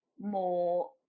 more